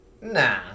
Nah